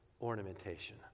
ornamentation